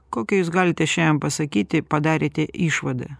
kokią jūs galite šiandien pasakyti padarėte išvadą